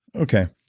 okay,